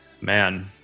man